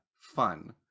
fun